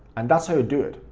and that's how you do it,